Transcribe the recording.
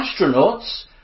astronauts